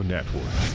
Network